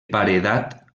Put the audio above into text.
paredat